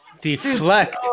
Deflect